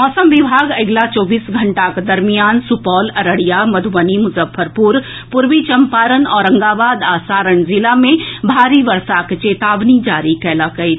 मौसम विभाग अगिला चौबीस घंटाक दरमियान सुपौल अररिया मधुबनी मुजफ्फरपुर पूर्वी चंपारण औरंगाबाद आ सारण जिला मे भारी वर्षाक चेतावनी जारी कएलक अछि